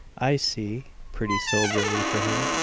i see, pretty soberly, for him.